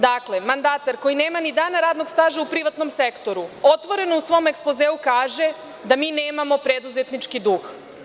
Dakle, mandatar koji nema ni dana radnog staža u privatnom sektoru otvoreno u svom ekspozeu kaže da mi nemamo preduzetnički duh.